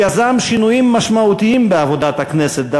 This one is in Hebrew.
הוא יזם שינויים משמעותיים בעבודת הכנסת,